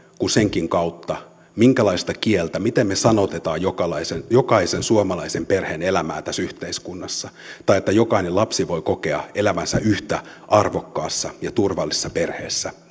kuin senkin kautta minkälaista kieltä käytämme miten me sanoitamme jokaisen jokaisen suomalaisen perheen elämää tässä yhteiskunnassa tai sen kautta että jokainen lapsi voi kokea elävänsä yhtä arvokkaassa ja turvallisessa perheessä